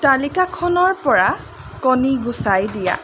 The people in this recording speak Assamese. তালিকাখনৰপৰা কণী গুচাই দিয়া